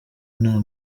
nta